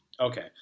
Okay